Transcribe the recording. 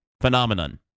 phenomenon